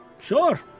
Sure